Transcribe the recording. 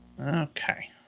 Okay